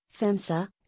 FEMSA